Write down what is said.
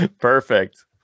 Perfect